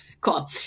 Cool